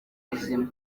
buzima